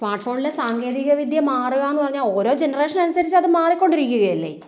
smart ഫോണിലെ സാങ്കേതികവിദ്യ മാറുക എന്നു പറഞ്ഞാൽ ഓരോ ജനറേഷൻ അനുസരിച്ച് അത് മാറി കൊണ്ടിരിക്കുക അല്ലേ